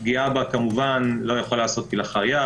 הפגיעה בה כמובן לא יכולה להיעשות כלאחר יד,